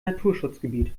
naturschutzgebiet